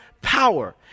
power